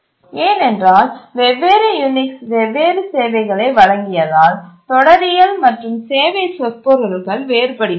ஏனென்றால் வெவ்வேறு யூனிக்ஸ் வெவ்வேறு சேவைகளை வழங்கியதால் தொடரியல் மற்றும் சேவை சொற்பொருள்கள் வேறுபடுகின்றன